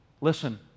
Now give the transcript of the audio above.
Listen